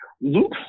Luke